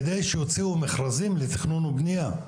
על מנת שיוציאו מכרזים לתכנון ובנייה.